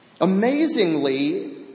Amazingly